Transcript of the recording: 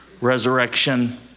resurrection